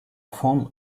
form